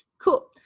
Cool